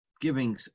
giving